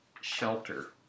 Shelter